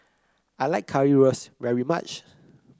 I like Currywurst very much